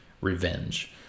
revenge